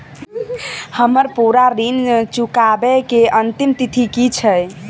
हम्मर पूरा ऋण चुकाबै केँ अंतिम तिथि की छै?